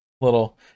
little